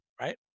right